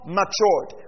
matured